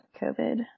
COVID